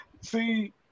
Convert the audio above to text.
See